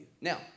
Now